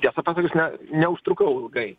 tiesą pasakius ne neužtrukau ilgai